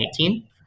2018